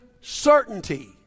certainty